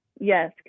Yes